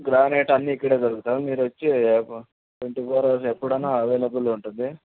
గ్రానెట్ అన్నీ ఇక్కడే దొరుకుతాయి మీరొచ్చి ఈలోపు ట్వెంటీ ఫోర్ అవర్స్ ఎప్పుడైనా అవైలబుల్లో ఉంటుంది